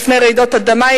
בפני רעידות אדמה,